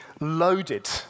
loaded